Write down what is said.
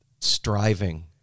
striving